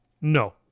No